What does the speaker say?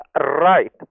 right